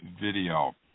video